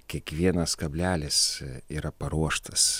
kiekvienas kablelis yra paruoštas